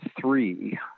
three